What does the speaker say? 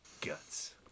Guts